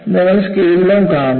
നിങ്ങൾ സ്കെയിലും കാണണം